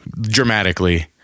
dramatically